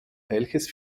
welches